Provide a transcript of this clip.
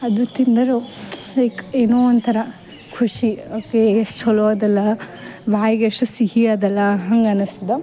ಅದು ತಿಂದರೊ ಲೈಕ್ ಏನೋ ಒಂಥರ ಖುಷಿ ಓಕೆ ಎಷ್ಟ್ ಚಲೋ ಅದಲ್ಲ ಬಾಯಿಗೆ ಎಷ್ಟು ಸಿಹಿ ಅದಲ್ಲ ಹಂಗೆ ಅನಿಸ್ತದ